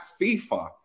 FIFA